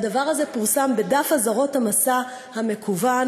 והדבר הזה פורסם בדף אזהרות המסע המקוון,